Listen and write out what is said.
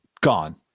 Gone